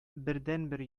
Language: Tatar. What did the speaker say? бердәнбер